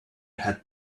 had